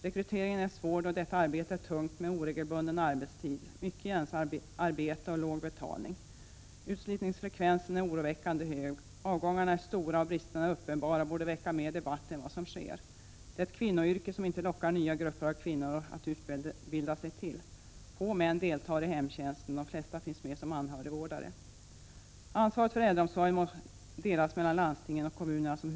Rekryteringen är svår då arbetet är tungt med oregelbunden arbetstid, mycket ensamarbete och låg betalning. Utslitningsfrekvensen är oroväckande hög. Avgångarna är stora och bristerna är uppenbara och borde väcka mer debatt än vad som sker. Det här är ett kvinnoyrke till vilket inte nya grupper av kvinnor lockas att utbilda sig. Få män deltar i hemtjänsten; de flesta finns med som anhörigvårdare. Huvudmannaansvaret för äldreomsorgen delas mellan landstingen .och kommunerna.